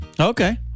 Okay